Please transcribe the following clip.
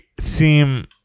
seem